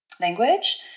language